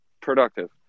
productive